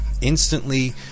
instantly